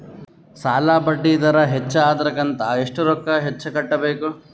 ಸಾಲಾ ಬಡ್ಡಿ ದರ ಹೆಚ್ಚ ಆದ್ರ ಕಂತ ಎಷ್ಟ ರೊಕ್ಕ ಹೆಚ್ಚ ಕಟ್ಟಬೇಕು?